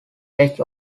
tech